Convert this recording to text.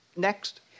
Next